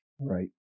Right